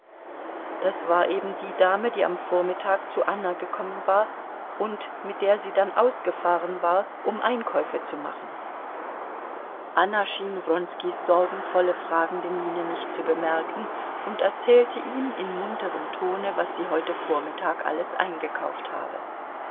das war eben die dame die am vormittag zu anna gekommen war und mit der sie dann ausgefahren war um einkäufe zu machen anna schien wronskis sorgenvolle fragende miene nicht zu bemerken und erzählte ihm in munterem tone was sie heute vormittag alles eingekauft habe